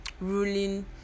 ruling